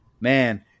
man